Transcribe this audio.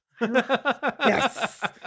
yes